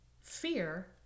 fear